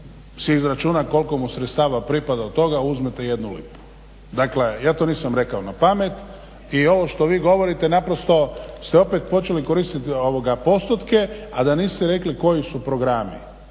si izračuna koliko mu sredstava pripada od toga, uzmete jednu lipu. Dakle, ja to nisam rekao napamet i ovo što vi govorite naprosto ste opet počeli koristit postotke, a da niste rekli koji su programi,